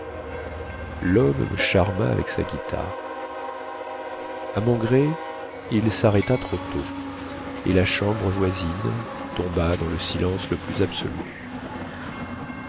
me charma avec sa guitare à mon gré il sarrêta trop tôt et la chambre voisine tomba dans le silence le plus absolu